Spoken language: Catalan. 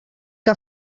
que